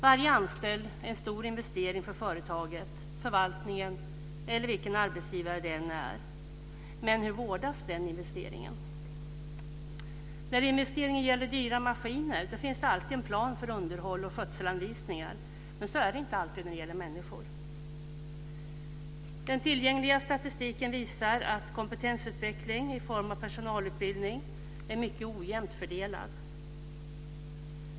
Varje anställd är en stor investering för företaget, förvaltningen eller vilken arbetsgivare det än är. Men hur vårdas den investeringen? När investeringen gäller dyra maskiner så finns det alltid en plan för underhåll och skötselanvisningar, men så är det inte alltid när det gäller människor. Den tillgängliga statistiken visar att kompetensutveckling i form av personalutbildning är mycket ojämnt fördelad.